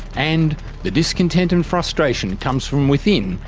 and the discontent and frustration comes from within,